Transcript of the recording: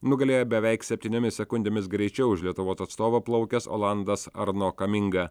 nugalėjo beveik septyniomis sekundėmis greičiau už lietuvos atstovą plaukęs olandas arno kaminga